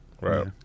Right